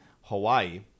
Hawaii